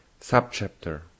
Subchapter